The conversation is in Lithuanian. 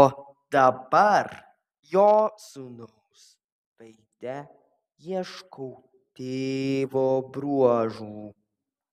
o dabar jo sūnaus veide ieškau tėvo bruožų